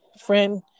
friend